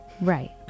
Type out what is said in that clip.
Right